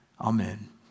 Amen